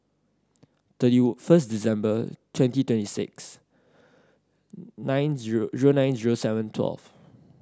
thirty first December twenty twenty six nine zero zero nine zero seven twelve